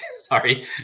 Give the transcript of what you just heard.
Sorry